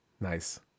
Nice